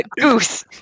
Goose